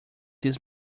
this